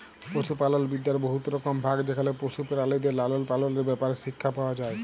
পশুপালল বিদ্যার বহুত রকম ভাগ যেখালে পশু পেরালিদের লালল পাললের ব্যাপারে শিখ্খা পাউয়া যায়